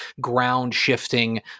ground-shifting